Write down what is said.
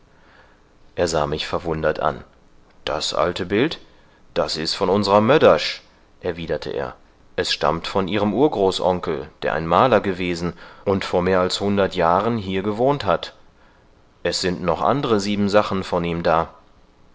er sah mich verwundert an das alte bild das ist von unserer möddersch erwiderte er es stammt von ihrem urgroßonkel der ein maler gewesen und vor mehr als hundert jahren hier gewohnt hat es sind noch andre siebensachen von ihm da